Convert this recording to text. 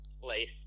place